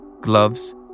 gloves